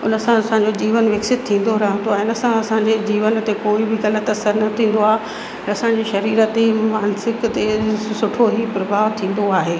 उन सां असांजो जीवन विकसित थींदो रहंदो आहे इन सां असांजे जीवन ते कोई बि गलति असर न थींदो आहे असांजो शरीर बि मानसिक ते सुठो ई प्रभाव थींदो आहे